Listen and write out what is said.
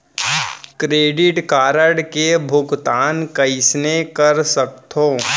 Credit card के भुगतान कइसने कर सकथो?